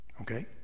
okay